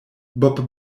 bob